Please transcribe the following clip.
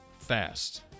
fast